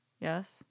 Yes